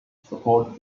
support